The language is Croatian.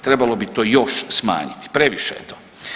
Trebalo bi to još smanjiti, previše je to.